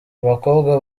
abakobwa